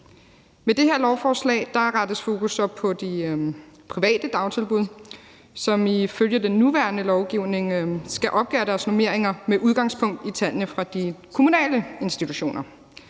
Med det her lovforslag rettes fokus så på de private dagtilbud, som ifølge den nuværende lovgivning skal opgøre deres normeringer med udgangspunkt i tallene fra de kommunale institutioner.